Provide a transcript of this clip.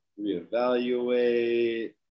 reevaluate